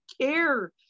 care